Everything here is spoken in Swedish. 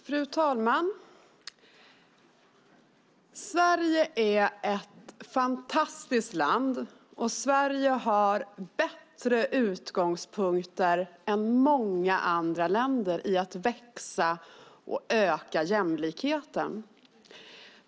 Fru talman! Sverige är ett fantastiskt land, och Sverige har bättre utgångspunkter än många andra länder när det gäller att växa och att öka jämlikheten.